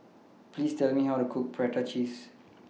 Please Tell Me How to Cook Prata Cheese